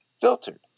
filtered